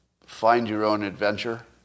find-your-own-adventure